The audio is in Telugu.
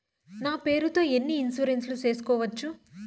నా పేరుతో ఎన్ని ఇన్సూరెన్సులు సేసుకోవచ్చు?